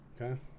Okay